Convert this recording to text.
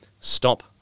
stop